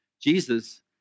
Jesus